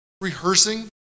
rehearsing